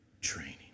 training